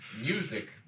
music